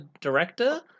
director